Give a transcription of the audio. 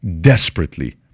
desperately